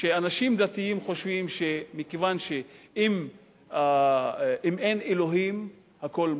שאנשים דתיים חושבים שאם אין אלוהים הכול מותר,